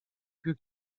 più